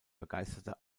begeisterter